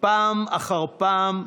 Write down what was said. פעם אחר פעם,